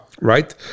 right